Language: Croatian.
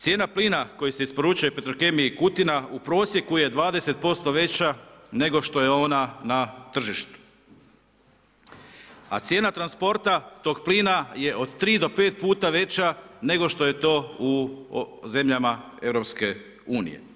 Cijena plina koja se isporučuje Petrokemiji Kutina u prosjeku je 20% veća nego što je ona na tržištu a cijena transporta tog plina je od 3 do 5 puta veća nego što je to u zemljama EU.